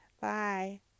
Bye